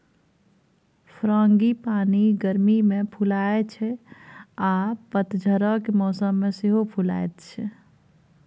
frangipani गर्मी मे फुलाइ छै आ पतझरक मौसम मे सेहो फुलाएत छै